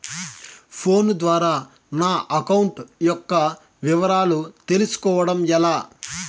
Phone ద్వారా నా account యొక్క వివరాలు తెలుస్కోవడం ఎలా?